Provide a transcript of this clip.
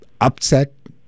upset